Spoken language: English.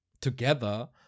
together